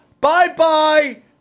Bye-bye